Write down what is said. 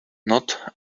not